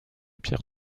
pierre